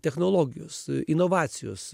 technologijos inovacijos